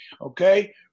okay